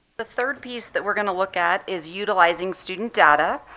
the third piece that we're going to look at is utilizing student data.